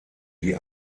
die